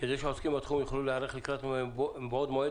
כדי שהעוסקים בתחום יוכלו להיערך מבעוד מועד